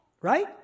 right